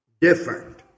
different